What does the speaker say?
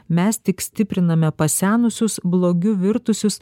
mes tik stipriname pasenusius blogiu virtusius